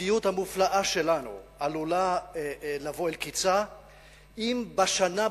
הזוגיות המופלאה שלנו עלולה לבוא אל קצה אם בשנה,